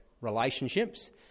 relationships